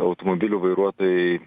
automobilių vairuotojai